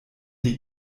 die